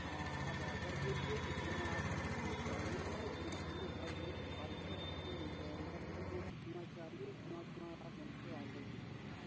हाँ आप आर्डर दे दीजिए जितना आपको फूल चाहिएगा उतना फूल हर रोज़ हर सुबह आपको मिल जाएगा जो भी जितना चाहिए उतना फूल आप हमको आर्डर दीजिए